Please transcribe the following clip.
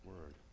word